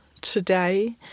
today